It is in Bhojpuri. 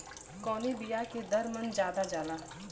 कवने बिया के दर मन ज्यादा जाला?